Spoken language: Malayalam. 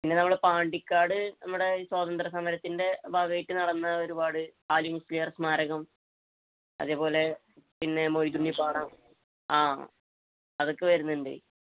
പിന്നെ നമ്മുടെ പാണ്ടിക്കാട് നമ്മുടെ ഈ സ്വാതന്ത്ര്യ സമരത്തിൻ്റെ ഭാഗമായിട്ട് നടന്ന ഒരുപാട് ആലിമുസ്ലിയാർ സ്മാരകം അതേപോലെ പിന്നെ മൊയ്ദുണ്ണി പാടം ആ അതൊക്കെ വരുന്നുണ്ട്